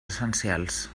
essencials